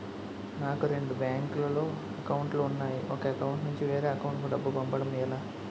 నాకు రెండు బ్యాంక్ లో లో అకౌంట్ లు ఉన్నాయి ఒక అకౌంట్ నుంచి వేరే అకౌంట్ కు డబ్బు పంపడం ఎలా?